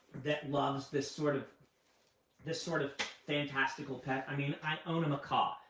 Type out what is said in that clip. that loves this sort of this sort of fantastical pet. i mean, i own a macaw.